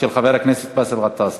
הצעה מס' 1631 של חבר הכנסת באסל גטאס.